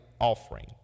offering